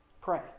pray